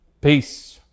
Peace